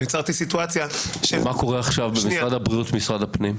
יצרתי סיטואציה --- מה קורה עכשיו במשרד הבריאות ומשרד הפנים?